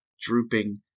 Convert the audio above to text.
drooping